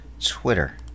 Twitter